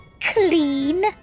clean